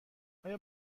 آیا